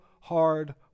hard